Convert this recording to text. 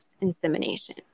insemination